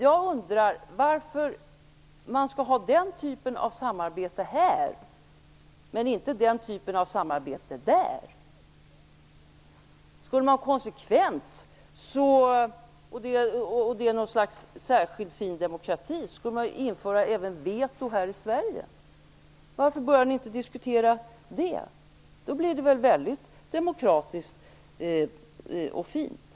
Jag undrar varför man skall ha den typen av samarbete här men inte där. Vore man konsekvent skulle man ju, om man nu tycker att detta är ett slags särskilt fin demokrati, vilja införa veto också här i Sverige. Varför börjar ni inte diskutera det? Då blir det väl väldigt demokratiskt och fint?